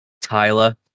Tyler